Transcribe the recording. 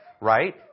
right